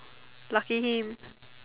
lucky him